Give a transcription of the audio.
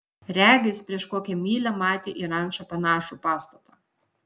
regis prieš kokią mylią matė į rančą panašų pastatą